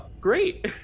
great